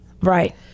Right